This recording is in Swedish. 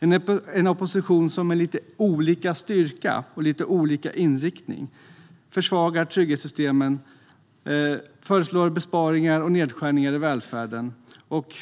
Det är en opposition som med lite olika styrka och lite olika inriktning försvagar trygghetssystemen, föreslår besparingar och nedskärningar i välfärden och